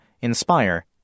inspire